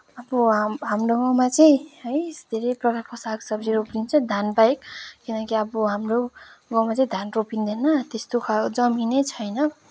अब हाम हाम्रो गाउँमा चाहिँ है धेरै प्रकारको सागसब्जीहरू रोपिन्छ धानबाहेक किनकि अब हाम्रो गाउँमा चाहिँ धान रेपिँदैन त्यस्तो खालको जमिन नै छैन